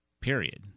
Period